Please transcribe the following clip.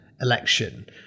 election